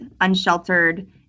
unsheltered